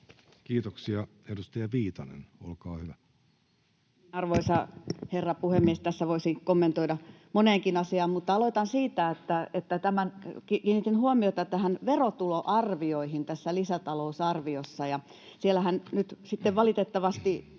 Time: 17:21 Content: Arvoisa herra puhemies! Tässä voisi kommentoida moneenkin asiaan, mutta aloitan siitä, että kiinnitin huomiota verotuloarvioihin tässä lisätalousarviossa. Siellähän nyt sitten valitettavasti